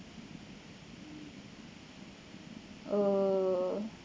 err